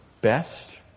best